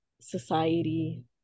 society